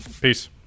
Peace